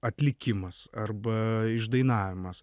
atlikimas arba išdainavimas